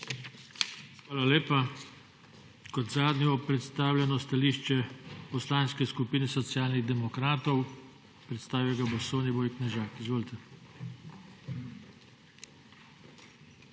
Hvala lepa. Kot zadnje bo predstavljeno stališče Poslanske skupine Socialnih demokratov, predstavil ga bo Soniboj Knežak. Izvolite.